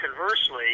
conversely